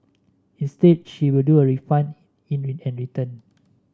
instead she will do a refund and return